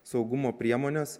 saugumo priemones